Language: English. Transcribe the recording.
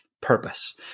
purpose